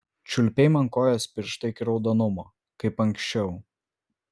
čiulpei man kojos pirštą iki raudonumo kaip anksčiau